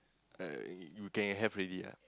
uh you can have already ah